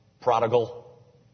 prodigal